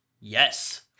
yes